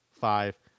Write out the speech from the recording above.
five